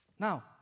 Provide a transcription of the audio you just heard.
Now